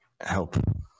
help